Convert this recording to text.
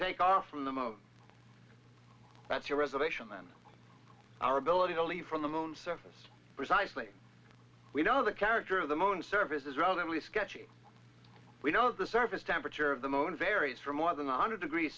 take off from them of that's your reservation then our ability to leave from the moon's surface precisely we know the character of the moon services rather only sketchy we know the surface temperature of the moon varies from more than a hundred degrees